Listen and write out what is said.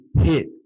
hit